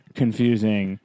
confusing